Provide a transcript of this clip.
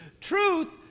Truth